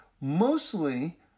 mostly